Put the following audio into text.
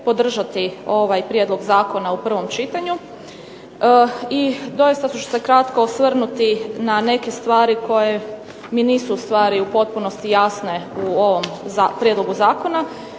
podržati ovaj prijedlog zakona u prvom čitanju. I doista ću se kratko osvrnuti na neke stvari koje mi nisu ustvari u potpunosti jasne u ovom prijedlogu zakona